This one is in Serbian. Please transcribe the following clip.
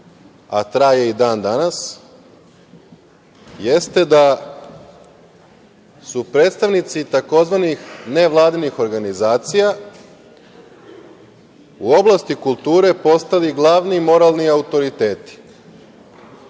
a traje i dan danas, da su predstavnici takozvanih nevladinih organizacija u oblasti kulture postali glavni moralni autoriteti,